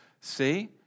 See